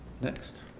Next